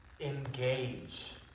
engage